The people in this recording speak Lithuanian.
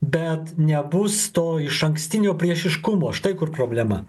bet nebus to išankstinio priešiškumo štai kur problema